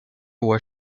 were